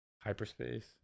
Hyperspace